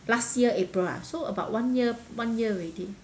last year april ah so about one year one year already